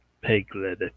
piglet